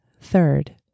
Third